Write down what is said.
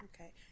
Okay